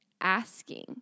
asking